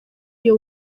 iyo